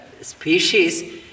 species